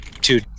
two